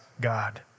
God